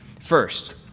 First